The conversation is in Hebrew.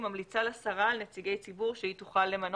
היא ממליצה לשרה על נציגי ציבור שהיא תוכל למנות,